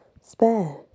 spare